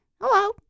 Hello